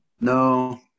No